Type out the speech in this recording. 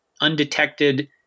undetected